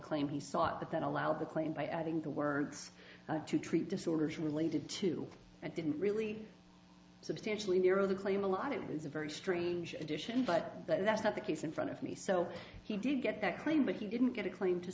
claim he sought that that allowed the claim by adding the words to treat disorders related to and didn't really substantially narrow the claim a lot it was a very strange addition but that's not the case in front of me so he did get that claim but he didn't get a claim to